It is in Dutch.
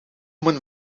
mijn